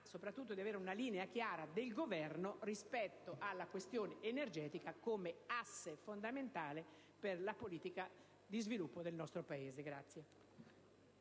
Soprattutto chiediamo che vi sia una linea chiara del Governo rispetto alla questione energetica come asse fondamentale per la politica di sviluppo del nostro Paese.